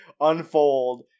unfold